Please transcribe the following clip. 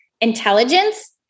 intelligence